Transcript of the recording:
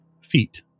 feet